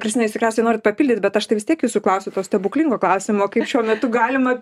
kristina jūs tikriausiai norit papildyt bet aš tai vis tiek jūsų klausiu to stebuklingo klausimo kaip šiuo metu galima